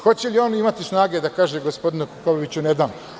Hoće li imati snage da kaže gospodinu Pavloviću - ne dam?